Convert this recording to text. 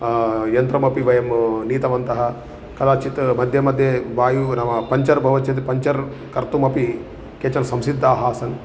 यन्त्रमपि वयं नीतवन्तः कदाचित् मध्ये मध्ये वायुः न वा पञ्चर् भवति चेत् पञ्चर् कर्तुमपि केचन संसिद्धाः आसन्